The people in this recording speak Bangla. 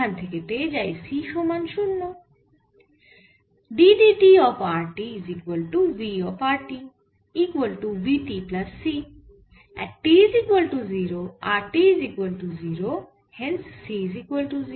এখান থেকে পেয়ে যাই c সমান 0